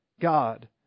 God